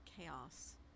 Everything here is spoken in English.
chaos